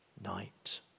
night